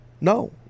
No